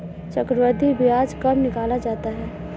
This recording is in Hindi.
चक्रवर्धी ब्याज कब निकाला जाता है?